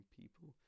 people